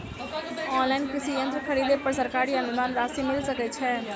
Online कृषि यंत्र खरीदे पर सरकारी अनुदान राशि मिल सकै छैय?